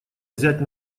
взять